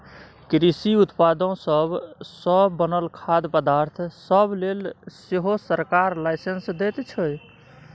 कृषि उत्पादो सब सँ बनल खाद्य पदार्थ सब लेल सेहो सरकार लाइसेंस दैत छै